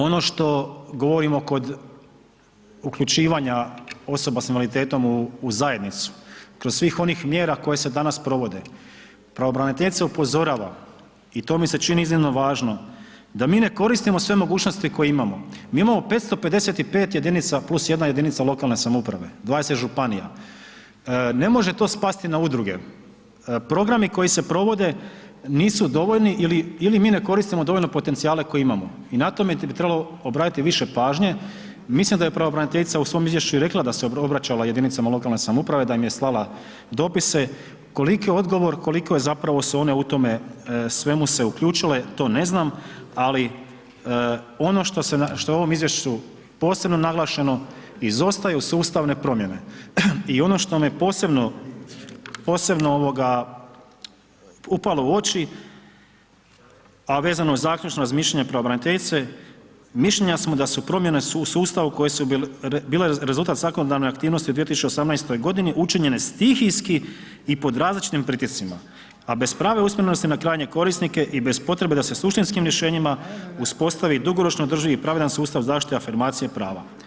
Ono što govorimo kod uključivanja osoba sa invaliditetom u zajednicu kroz svih onih mjera koje se danas provode, pravobraniteljica upozorava i to mi se čini iznimno važno, da mi ne koristimo sve mogućnosti koje imamo, mi imamo 555 jedinica plus jedna jedinica lokalne samouprave, 20 županija, ne može to spasti na udruge, programi koji se provode nisu dovoljni ili mi ne koristimo dovoljno potencijale koje imamo i na tome bi trebalo obratiti više pažnje, mislim da je pravobraniteljica u svom izvješću i rekla da se obraćala jedinicama lokalne samouprave, da im je dopise, koliko zapravo su one u tome svemu se uključile, to ne znam, ali ono što je u ovom izvješću posebno naglašeno, izostaju sustavnu promjene i ono što me posebno upalo u oči a vezano za zaključno razmišljanje pravobraniteljice, mišljenja smo da su promjene u sustavu koje su rezultat svakodnevne aktivnosti u 2018., učinjene stihijski i pod različitim pritiscima, a bez prave usmjerenosti na krajnje korisnike i bez potrebe da se suštinskim rješenjima uspostavi dugoročno održivi i pravedan sustav zaštite afirmacije i prava.